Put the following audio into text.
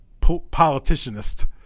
politicianist